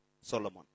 Solomon